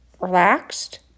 relaxed